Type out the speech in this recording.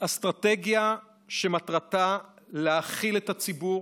אסטרטגיה שמטרתה להאכיל את הציבור,